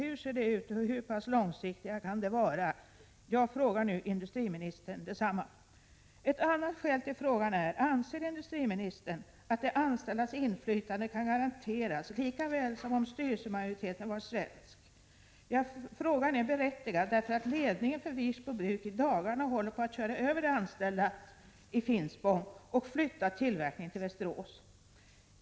Hur ser de ut, och hur pass långsiktiga kan de vara? Jag frågar nu industriministern detsamma. Ett annat skäl till frågan ges av följande. Anser industriministern att de anställdas inflytande kan garanteras lika bra som om styrelsemajoriteten hade varit svensk? Frågan är berättigad eftersom ledningen för Wirsbo Bruks AB i dagarna håller på att köra över de anställda i Finspång och flytta tillverkningen till Västerås.